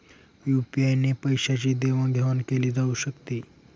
UPI ने पैशांची देवाणघेवाण केली जाऊ शकते